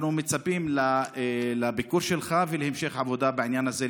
אנחנו מצפים לביקור שלך ולהמשך עבודה בעניין הזה,